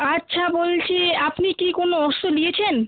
আচ্ছা বলছি আপনি কি কোনো ওষুধ নিয়েছেন